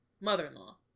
mother-in-law